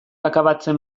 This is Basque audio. akabatzen